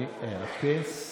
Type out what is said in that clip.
אני אאפס,